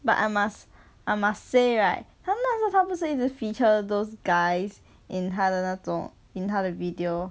but I must I must say right 他那那时他不是一直 feature those guys in 他的那种 in 他的 video